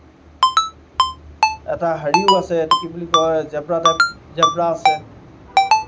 এটা হেৰিও আছে এইটো কি বুলি কয় জেব্ৰা টাইপ জেব্ৰা আছে